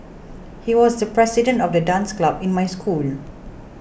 he was the president of the dance club in my school